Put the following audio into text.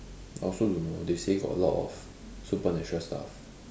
I also don't know they say got a lot of supernatural stuff